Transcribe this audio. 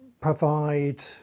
provide